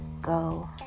go